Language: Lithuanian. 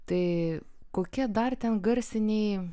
tai kokie dar ten garsiniai